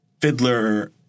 Fiddler